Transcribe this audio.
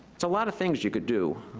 that's a lot of things you could do.